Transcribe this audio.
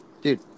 Dude